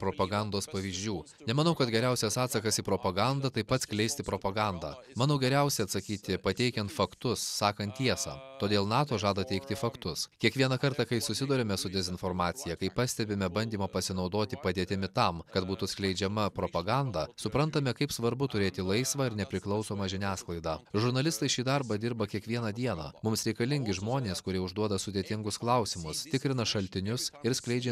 propagandos pavyzdžių nemanau kad geriausias atsakas į propagandą taip pat skleisti propagandą manau geriausia atsakyti pateikiant faktus sakant tiesą todėl nato žada teikti faktus kiekvieną kartą kai susiduriame su dezinformacija kai pastebime bandymą pasinaudoti padėtimi tam kad būtų skleidžiama propaganda suprantame kaip svarbu turėti laisvą ir nepriklausomą žiniasklaidą žurnalistai šį darbą dirba kiekvieną dieną mums reikalingi žmonės kurie užduoda sudėtingus klausimus tikrina šaltinius ir skleidžia